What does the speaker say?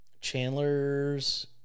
Chandler's